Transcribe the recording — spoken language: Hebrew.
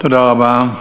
תודה רבה.